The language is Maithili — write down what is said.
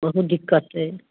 बहुत दिक्कत अइ